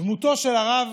דמותו של הרב